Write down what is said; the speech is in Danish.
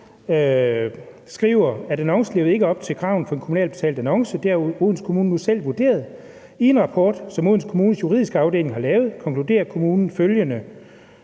skriver, at annoncen ikke levede op til krav om en kommunalt betalt annonce. Det har Odense Kommune selv vurderet. I en rapport, som Odense Kommunes juridiske afdeling har lavet, konkluderer kommunen, bl.a.